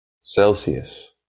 Celsius